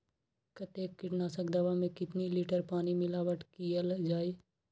कतेक किटनाशक दवा मे कितनी लिटर पानी मिलावट किअल जाई?